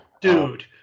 Dude